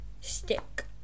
stick